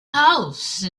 house